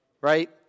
right